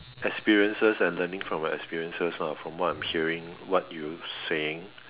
experiences and learning from your experiences lah from what I'm hearing what you saying